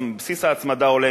בסיס ההצמדה עולה,